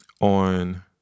on